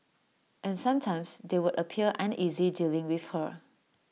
and sometimes they would appear uneasy dealing with her